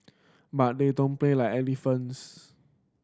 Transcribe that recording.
but they don't play like elephants